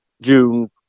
June